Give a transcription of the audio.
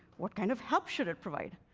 what kind of help should it provide?